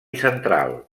central